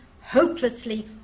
hopelessly